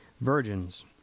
virgins